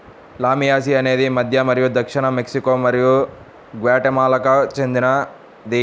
లామియాసి అనేది మధ్య మరియు దక్షిణ మెక్సికో మరియు గ్వాటెమాలాకు చెందినది